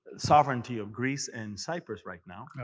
sovereignty of greece and cyprus right now,